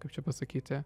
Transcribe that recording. kaip čia pasakyti